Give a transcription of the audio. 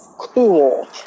cool